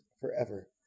forever